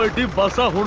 the bus. ah